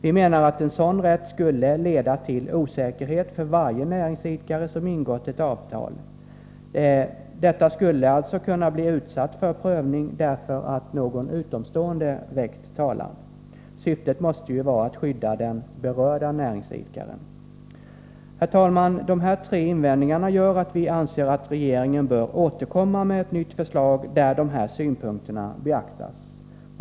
Vi menar att en sådan rätt skulle leda till osäkerhet för varje näringsidkare som ingått ett avtal. Detta skulle alltså kunna bli utsatt för prövning därför att någon utomstående väckt talan. Syftet måste ju vara att skydda den berörda näringsidkaren. Herr talman! De här tre invändningarna gör att vi anser att regeringen bör återkomma med ett nytt förslag där de här synpunkterna beaktas.